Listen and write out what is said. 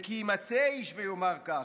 וכי יימצא איש ויאמר כך,